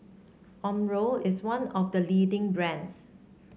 Omron is one of the leading brands